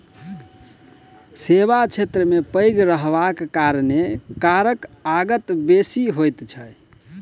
सेवा क्षेत्र पैघ रहबाक कारणेँ करक आगत बेसी होइत छै